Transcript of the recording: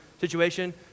situation